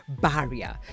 barrier